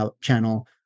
channel